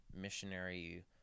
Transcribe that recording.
missionary